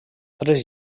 tres